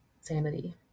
sanity